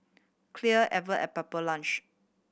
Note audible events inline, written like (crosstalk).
Clear (unintelligible) and Pepper Lunch